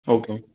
okay